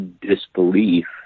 disbelief